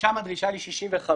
שם הדרישה ל-65